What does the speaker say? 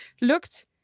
looked